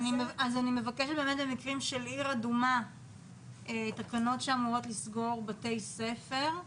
אז אני מבקשת שבמקרים של עיר אדומה תקנות שאמור לסגור בתי ספר,